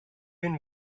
been